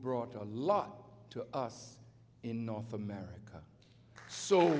brought a lot to us in north america so